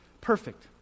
perfect